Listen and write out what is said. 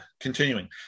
continuing